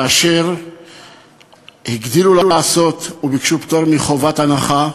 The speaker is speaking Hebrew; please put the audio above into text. ועוד הגדילו לעשות וביקשו פטור מחובת הנחה,